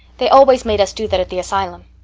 they always made us do that at the asylum.